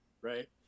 right